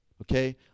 Okay